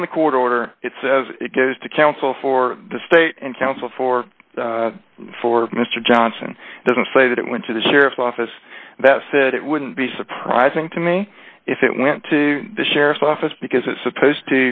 on the court order it says it goes to counsel for the state and counsel for for mr johnson doesn't say that it went to the sheriff's office that said it wouldn't be surprising to me if it went to the sheriff's office because it's supposed to